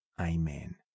Amen